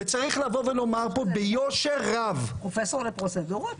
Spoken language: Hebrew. פרופסור לפרוצדורות?